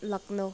Lucknow